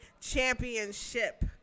championship